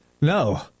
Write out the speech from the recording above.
No